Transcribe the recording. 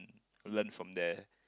learn from there